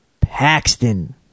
Paxton